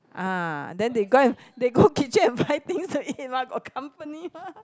ah then they go and they go kitchen and find things to eat lah got company mah